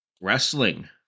Wrestling